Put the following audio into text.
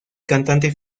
cantante